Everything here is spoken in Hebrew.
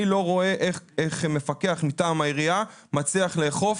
אני לא רואה איך מפקח מטעם העירייה מצליח לאכוף.